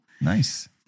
Nice